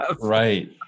Right